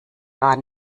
gar